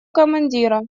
командира